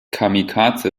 kamikaze